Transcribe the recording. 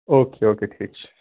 okay okay ٹھیٖک چھُ